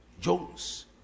Jones